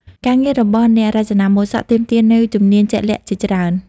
ការងាររបស់អ្នករចនាម៉ូដសក់ទាមទារនូវជំនាញជាក់លាក់ជាច្រើន។